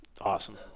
Awesome